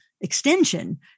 extension